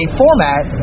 format